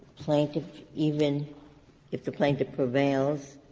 plaintiff even if the plaintiff prevails,